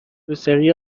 روسری